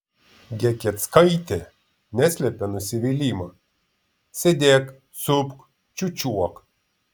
gegieckaitė neslėpė nusivylimo sėdėk supk čiūčiuok